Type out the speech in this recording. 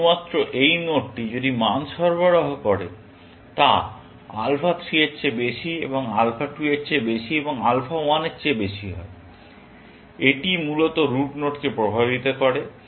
শুধুমাত্র এই নোডটি যদি মান সরবরাহ করে তা আলফা 3 এর চেয়ে বেশি এবং আলফা 2 এর চেয়ে বেশি এবং আলফা 1 এর চেয়ে বেশি হয় এটি মূলত রুট নোডকে প্রভাবিত করবে